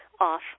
off